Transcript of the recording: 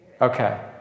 Okay